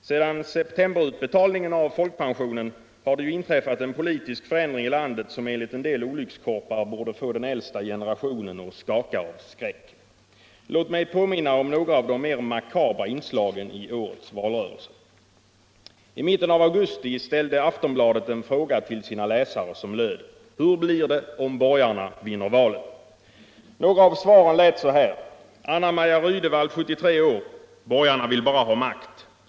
Sedan septemberutbetalningen av folkpensionen har det ju inträffat en politisk förändring i landet, som enligt en del olyckskorpar borde få den äldsta generationen att skaka av skräck. Låt mig påminna om några av de mera makabra inslagen i årets valrörelse. I mitten av augusti ställde Aftonbladet en fråga till sina läsare som löd: ”Hur blir det om borgarna vinner valet?” Några av svaren lät så här: Anna Maja Rydewall, 73 år: ”Borgarna vill bara ha makt.